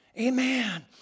Amen